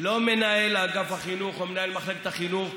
לא מנהל אגף החינוך או מנהל מחלקת החינוך,